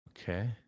Okay